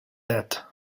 that